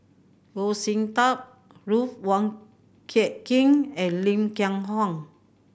Goh Sin Tub Ruth Wong Hie King and Lim Kiang Hng